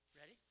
Ready